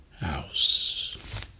house